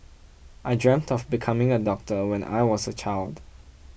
I dreamt of becoming a doctor when I was a child